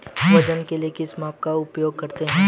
वजन के लिए किस माप का उपयोग करते हैं?